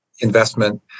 investment